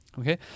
Okay